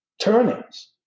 turnings